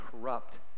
corrupt